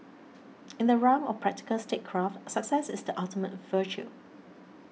in the realm of practical statecraft success is the ultimate virtue